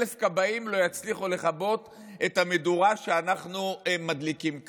1,000 כבאים לא יצליחו לכבות את המדורה שאנחנו מדליקים כאן,